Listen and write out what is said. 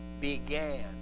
began